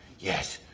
yes,